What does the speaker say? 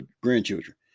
grandchildren